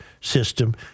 system